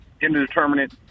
indeterminate